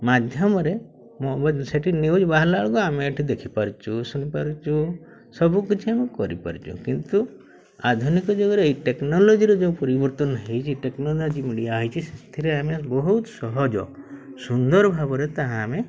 ମାଧ୍ୟମରେ ମୋ ସେଠି ନ୍ୟୁଜ୍ ବାହାରିଲା ବେଳକୁ ଆମେ ଏଠି ଦେଖିପାରୁଛୁ ଶୁଣିପାରୁଛୁ ସବୁକିଛି ଆମେ କରିପାରୁଛୁ କିନ୍ତୁ ଆଧୁନିକ ଯୁଗରେ ଏଇ ଟେକ୍ନୋଲୋଜିର ଯେଉଁ ପରିବର୍ତ୍ତନ ହୋଇଛି ଟେକ୍ନୋଲୋଜି ମିଡ଼ିଆ ହୋଇଛି ସେଥିରେ ଆମେ ବହୁତ ସହଜ ସୁନ୍ଦର ଭାବରେ ତାହା ଆମେ